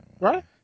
right